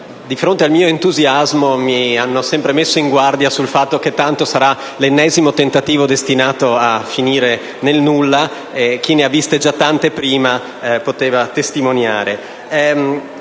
di fronte al mio entusiasmo, mi hanno sempre messo in guardia sul fatto che tanto sarà l'ennesimo tentativo destinato a finire nel nulla. Chi ne ha viste già tante prima può testimoniarlo.